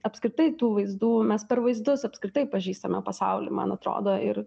apskritai tų vaizdų mes per vaizdus apskritai pažįstame pasaulį man atrodo ir